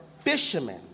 fishermen